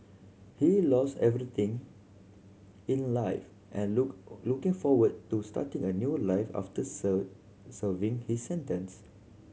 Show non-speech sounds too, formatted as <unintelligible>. he lost everything in life and look looking forward to starting a new life after <unintelligible> serving his sentence